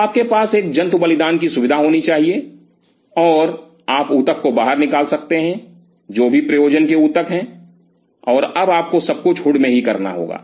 तो आपके पास एक जंतु बलिदान की सुविधा होनी चाहिए और आप ऊतक को बाहर निकाल सकते हैं जो भी प्रयोजन के ऊतक है और अब आपको सब कुछ हुड में करना होगा